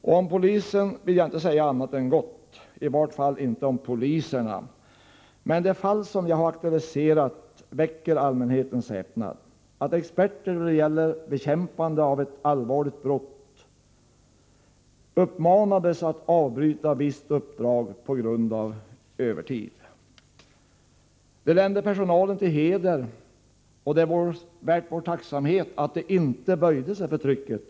Om polisen vill jag inte säga annat än gott — i varje fall inte om de enskilda poliserna. Men det fall jag har aktualiserat, då experter när det gäller bekämpandet av allvarliga brott uppmanats att avbryta visst uppdrag på grund av övertidsarbete, väcker allmänhetens häpnad. Det länder personalen till heder — och poliserna är värda vår tacksamhet — att man inte böjde sig för trycket.